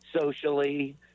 socially